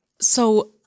So-